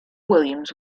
williams